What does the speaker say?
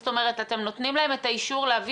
זאת אומרת אתם נותנים להם את האישור להביא